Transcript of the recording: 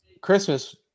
Christmas